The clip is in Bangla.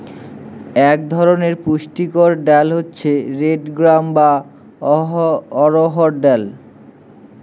এক ধরনের পুষ্টিকর ডাল হচ্ছে রেড গ্রাম বা অড়হর ডাল